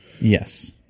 Yes